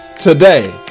today